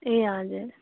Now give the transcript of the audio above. ए हजुर